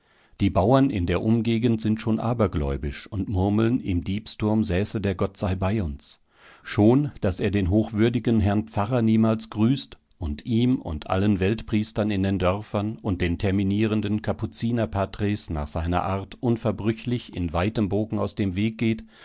die bauern in der umgegend sind schon abergläubisch und murmeln im diebsturm säße der gottseibeiuns schon daß er den hochwürdigen herrn pfarrer niemals grüßt und ihm und allen weltpriestern in den dörfern und den terminierenden kapuziner patres nach seiner art unverbrüchlich in weitem bogen aus dem weg geht